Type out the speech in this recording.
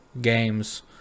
games